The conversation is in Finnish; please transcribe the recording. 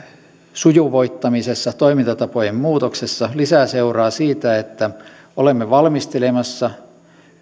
sujuvoittamisessa toimintatapojen muutoksessa lisää seuraa siitä että olemme valmistelemassa